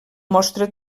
mostra